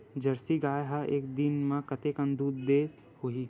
Jersey गाय ह एक दिन म कतेकन दूध देत होही?